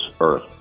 earth